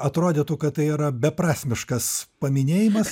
atrodytų kad tai yra beprasmiškas paminėjimas